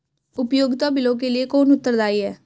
उपयोगिता बिलों के लिए कौन उत्तरदायी है?